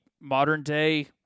modern-day